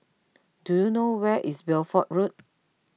do you know where is Bedford Road